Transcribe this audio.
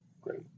great